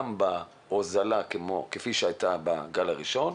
גם בהוזלה שהייתה בגל הראשון,